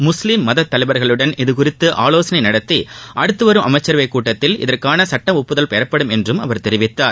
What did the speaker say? முஸ்லீம்மத தலைவர்களுடன் இதுகுறித்து ஆலோசனை நடத்தி அடுத்துவரும் அமைச்சரவைக் கூட்டத்தில் இந்த சட்டத்திற்கான ஒப்புதல் பெறப்படும் என்று தெரிவித்தார்